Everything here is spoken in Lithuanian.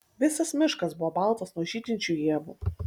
visas miškas buvo baltas nuo žydinčių ievų